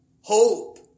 Hope